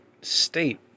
state